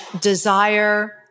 desire